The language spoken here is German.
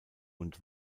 und